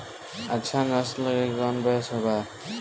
अच्छा नस्ल के कौन भैंस बा?